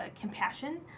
compassion